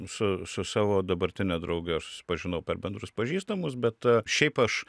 su su savo dabartine drauge susipažinau per bendrus pažįstamus bet šiaip aš